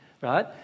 right